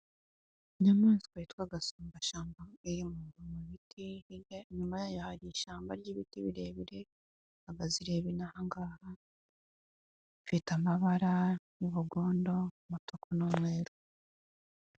Inyamaswa yitwa gasumbashyamba iba muri pariki kandi inyuma yayo hari ishyamba ry'ibiti birebire ikaba ifite amabara y'ubugondo umutuku n'umweru.